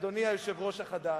אדוני היושב-ראש החדש,